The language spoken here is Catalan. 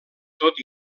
tot